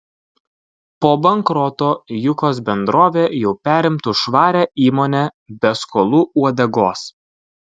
po bankroto jukos bendrovė jau perimtų švarią įmonę be skolų uodegos